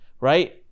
right